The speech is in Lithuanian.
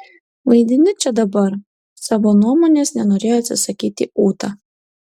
vaidini čia dabar savo nuomonės nenorėjo atsisakyti ūta